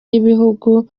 y’ibihugu